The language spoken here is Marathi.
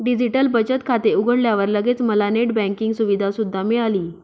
डिजिटल बचत खाते उघडल्यावर लगेच मला नेट बँकिंग सुविधा सुद्धा मिळाली